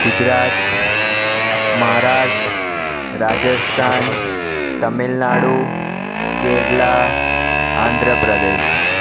Gujarat Maharashtra Rajasthan Tamil Nadu Kerala Andhra Pradesh